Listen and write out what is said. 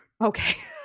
Okay